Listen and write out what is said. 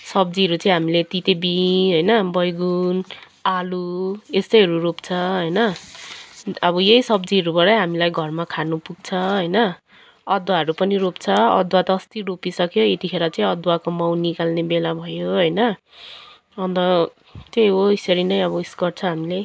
सब्जीहरू चाहिँ हामीले तिते बीँ होइन बैगुन आलु यस्तैहरू रोप्छ होइन अब यही सब्जीहरूबाटै हामीलाई घरमा खानुपग्छ होइन अदुवाहरू पनि रोप्छ अदुवा त अस्ति रोपिसक्यो यतिखेर चाहिँ अदुवाको माउ निकाल्ने बेला भयो होइन अन्त त्यही हो यसरी नै अब उइस गर्छ हामीले